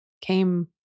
came